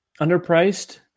underpriced